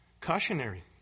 cautionary